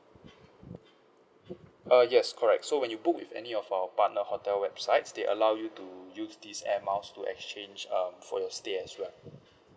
uh yes correct so when you book with any of our partner hotel websites they allow you to use this airmiles to exchange um for your stay as well